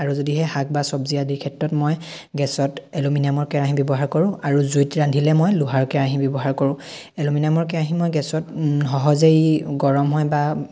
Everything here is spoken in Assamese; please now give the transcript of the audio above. আৰু যদিহে শাক বা চব্জি আদিৰ ক্ষেত্ৰত মই গেছত এলুমিনিয়ামৰ কেৰাহী ব্যৱহাৰ কৰোঁ আৰু জুইত ৰান্ধিলে মই লোহাৰ কেৰাহী ব্যৱহাৰ কৰোঁ এলুমিনিয়ামৰ কেৰাহী মই গেছত সহজেই গৰম হয় বা